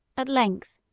at length,